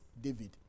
David